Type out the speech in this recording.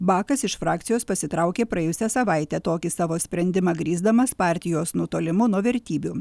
bakas iš frakcijos pasitraukė praėjusią savaitę tokį savo sprendimą grįsdamas partijos nutolimu nuo vertybių